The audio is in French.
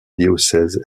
diocèse